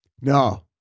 No